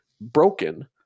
broken